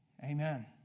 amen